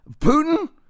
Putin